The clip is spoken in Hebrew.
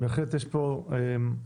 בהחלט יש פה תחום,